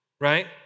right